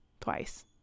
twice